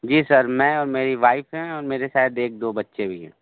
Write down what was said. जी sir मैं और मेरी वाइफ़ हैं और मेरे शायद एक दो बच्चे भी हैं